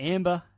Amber